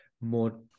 more